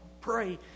pray